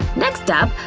next up?